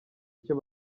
icyo